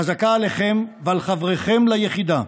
חזקה עליכם ועל חבריכם ליחידה,